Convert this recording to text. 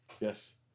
Yes